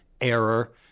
error